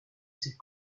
ses